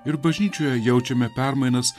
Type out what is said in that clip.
ir bažnyčioje jaučiame permainas